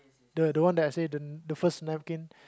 the the one that I say the the first napkin